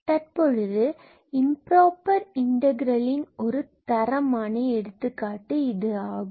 தற்பொழுது இம்புரோபர் இன்டகிரல்லின் ஒரு தரமான எடுத்துக்காட்டு ஆகும்